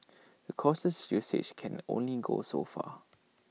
but cautious usage can only go so far